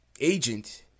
agent